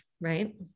right